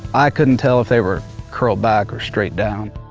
i couldn't tell if they were curled back or straight down.